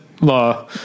law